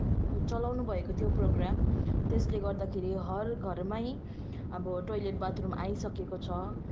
चलाउनु भएको थियो प्रोग्राम त्यसले गर्दाखेरि हर घरमै अब टोइलेट बाथरुम आइसकेको छ